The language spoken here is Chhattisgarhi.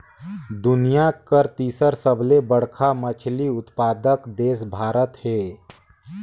दुनिया कर तीसर सबले बड़खा मछली उत्पादक देश भारत हे